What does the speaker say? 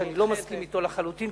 שאני לא מסכים אתו לחלוטין,